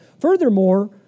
Furthermore